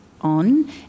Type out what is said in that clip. on